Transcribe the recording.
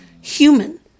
human